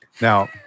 Now